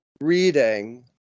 reading